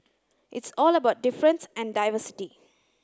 it's all about difference and diversity